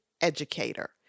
educator